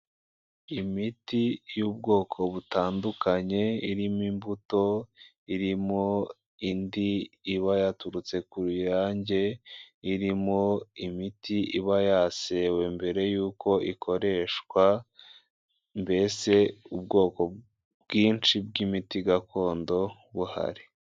Imiti y'ubwoko butandukanye irimo imbuto irimo indi iba yaturutse ku ruyange irimo imiti iba yasewe mbere y'uko ikoreshwa mbese ubwoko bwinshi bw'imiti gakondo buhari.